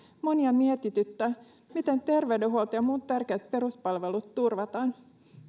monia mietityttää miten terveydenhuolto ja muut tärkeät peruspalvelut turvataan